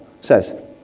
says